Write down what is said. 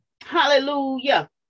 Hallelujah